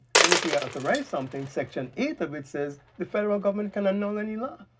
and if we ah authorize something section eight of it says the federal government can annul any law.